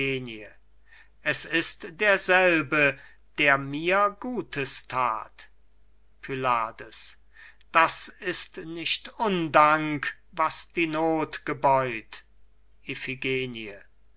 es ist derselbe der mir gutes that pylades das ist nicht undank was die noth gebeut